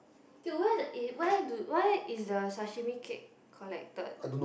dude where the is where do where is the sashimi cake collected